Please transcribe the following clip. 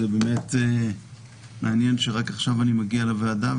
ובאמת מעניין שרק עכשיו אני מגיע לוועדה,